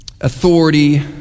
authority